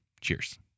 Cheers